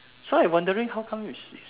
so I wondering how come is is